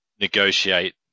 negotiate